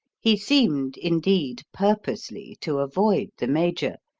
he seemed, indeed, purposely, to avoid the major,